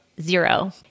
zero